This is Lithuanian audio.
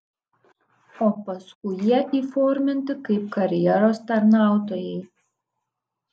o paskui jie įforminti kaip karjeros tarnautojai